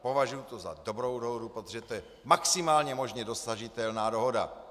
Považuji to za dobrou dohodu, protože to je maximálně možná dosažitelná dohoda.